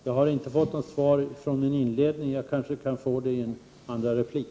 Jag har inte fått svar i den inledande debatten, men kanske jag kan få det i en andra replik.